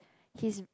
his